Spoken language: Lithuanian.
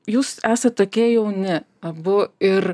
jūs esat tokie jauni abu ir